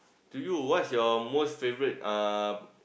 to you what's your most favourite uh